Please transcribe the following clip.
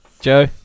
Joe